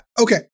okay